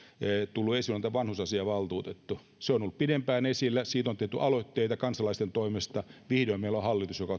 tullut esiin eli tämä vanhusasiavaltuutettu se on ollut pidempään esillä siitä on tehty aloitteita kansalaisten toimesta vihdoin meillä on hallitus joka